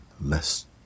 less